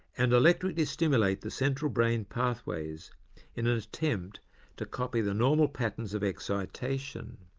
and electrically stimulate the central brain pathways in an attempt to copy the normal patterns of excitation.